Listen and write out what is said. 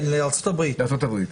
לארצות-הברית.